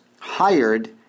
hired